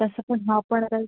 तसं पण हां पण आता